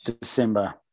December